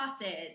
sauces